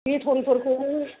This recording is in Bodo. बेटनफोरखौ